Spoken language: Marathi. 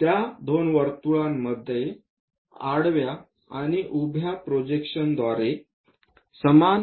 त्या दोन वर्तुळामध्ये आडव्या आणि उभ्या प्रोजेक्शन्सद्वारे समान